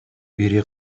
бири